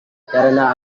karena